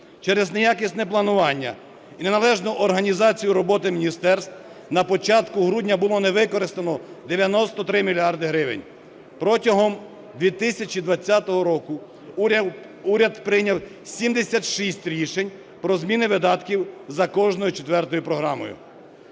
Через неякісне планування і неналежну організацію роботи міністерств на початку грудня було не використано 93 мільярди гривень. Протягом 2020 року уряд прийняв 76 рішень про зміни видатків за кожною четвертою програмою.